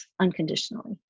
unconditionally